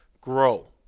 grow